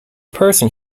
person